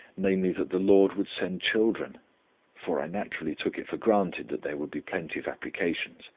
namely that the lord would send children for i naturally took it for granted that there would be plenty of applications